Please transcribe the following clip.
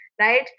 right